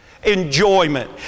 enjoyment